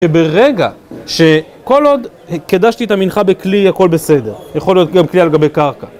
שברגע ש... כל עוד קידשתי את המנחה בכלי הכול בסדר, יכול להיות גם כלי על גבי קרקע.